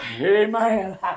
Amen